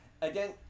Again